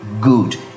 good